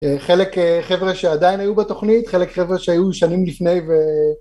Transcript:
חלק חבר'ה שעדיין היו בתוכנית, חלק חבר'ה שהיו שנים לפני ו...